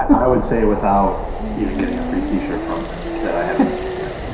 i would say it without even getting a free t-shirt from them, that i haven't seen yet.